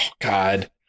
God